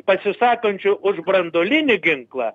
pasisakančių už branduolinį ginklą